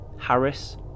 Harris